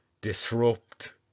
disrupt